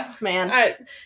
Man